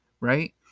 right